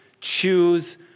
choose